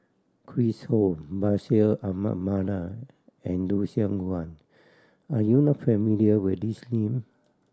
Chris Ho Bashir Ahmad Mallal and Lucien Wang are you not familiar with these name